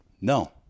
No